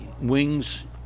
wings